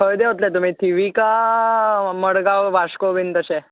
खंय देंवतले तुमी थिवी कांय मडगांव वास्को बीन तशें